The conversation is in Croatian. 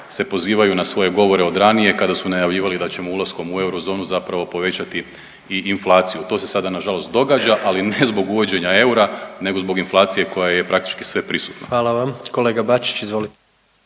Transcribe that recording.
se pozivaju na svoje govore od ranije kada su najavljivali da ćemo ulaskom u eurozonu zapravo povećati i inflaciju, to se sada nažalost događa, ali ne zbog uvođenja eura nego zbog inflacije koja je praktički sveprisutna. **Jandroković, Gordan